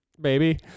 baby